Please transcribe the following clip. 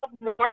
more